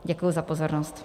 Děkuji za pozornost.